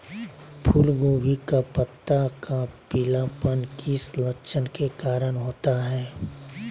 फूलगोभी का पत्ता का पीलापन किस लक्षण के कारण होता है?